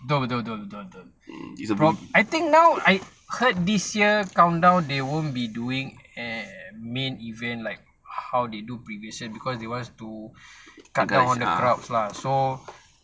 betul betul betul prob~ I think now I heard this year countdown they won't be doing a main event like how they do previous year because they want to cut down the crowd lah so